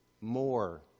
more